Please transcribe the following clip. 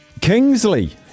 Kingsley